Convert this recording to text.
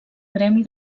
gremi